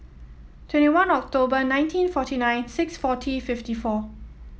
twenty one October nineteen forty nine six forty fifty four